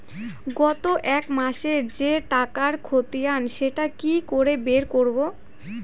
গত এক মাসের যে টাকার খতিয়ান সেটা কি করে বের করব?